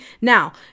Now